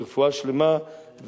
ברפואה שלמה,